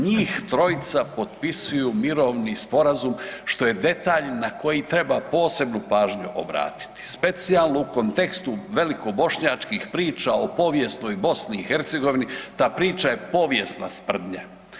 Njih trojica potpisuju mirovni sporazum što je detalj na koji treba posebnu pažnju obratiti, specijalno u kontekstu velikobošnjačkih priča o povijesnoj BiH, ta priča je povijesna sprdnja.